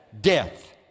Death